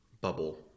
bubble